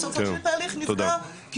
בסופו של תהליך נפגע,